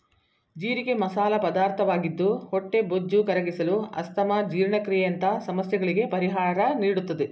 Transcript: ಜೀರಿಗೆ ಮಸಾಲ ಪದಾರ್ಥವಾಗಿದ್ದು ಹೊಟ್ಟೆಬೊಜ್ಜು ಕರಗಿಸಲು, ಅಸ್ತಮಾ, ಜೀರ್ಣಕ್ರಿಯೆಯಂತ ಸಮಸ್ಯೆಗಳಿಗೆ ಪರಿಹಾರ ನೀಡುತ್ತದೆ